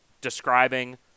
describing